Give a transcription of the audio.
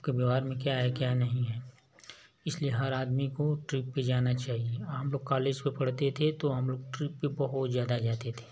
आपके व्यवहार में क्या है क्या नही है इसलिए हर आदमी को ट्रिप पे जाना चाहिए हम लोग कालेज पर पढ़ते थे तो हम लोग ट्रिप पर बहुत ज़्यादा जाते थे